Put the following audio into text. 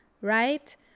right